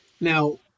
Now